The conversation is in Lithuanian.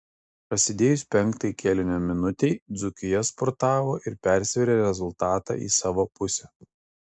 prasidėjus penktai kėlinio minutei dzūkija spurtavo ir persvėrė rezultatą į savo pusę